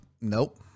Nope